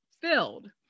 filled